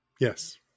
Yes